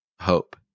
hope